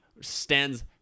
stands